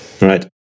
right